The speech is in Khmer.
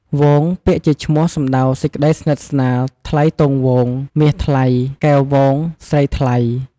វង ពាក្យជាឈ្មោះសំដៅសេចក្តីស្និទ្ធស្នាល ថ្លៃទងវង មាសថ្លៃ កែវវង ស្រីថ្លៃ។